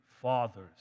fathers